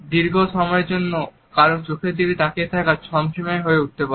দীর্ঘ সময়ের জন্য কারো চোখের দিকে তাকিয়ে থাকা ছমছমে হয়ে উঠতে পারে